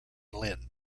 lynn